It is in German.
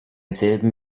selben